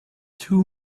two